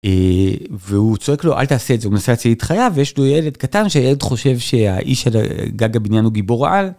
והוא צועק לו אל תעשה את זה הוא מנסה להתחייב ויש לו ילד קטן שהילד חושב שהאיש על גג הבניין הוא גיבור על.